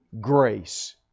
grace